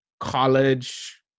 College